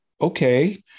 okay